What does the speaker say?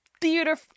theater